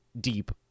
deep